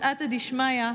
בסייעתא דשמיא,